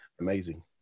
amazing